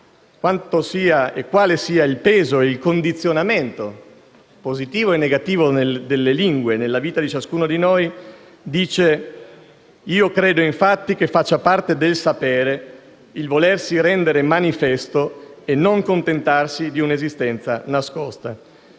modo mirabile quale sia il peso ed il condizionamento, positivo e negativo, delle lingue nella vita di ciascuno di noi: «Io credo infatti che faccia parte del sapere il volersi rendere manifesto e non contentarsi di un'esistenza nascosta».